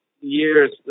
years